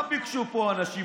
מה ביקשו פה האנשים?